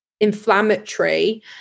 inflammatory